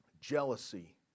Jealousy